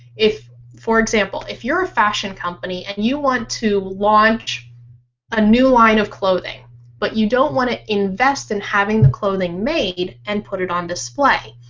if for example, if you're a fashion company and you want to launch a new line of clothing but you don't want it invest in having the clothing made and put it on display,